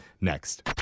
Next